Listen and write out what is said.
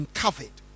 covered